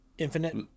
infinite